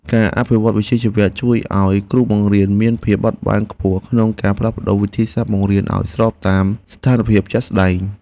ការអភិវឌ្ឍវិជ្ជាជីវៈជួយឱ្យគ្រូបង្រៀនមានភាពបត់បែនខ្ពស់ក្នុងការផ្លាស់ប្តូរវិធីសាស្ត្របង្រៀនឱ្យស្របតាមស្ថានភាពជាក់ស្តែង។